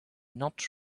not